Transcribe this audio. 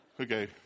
Okay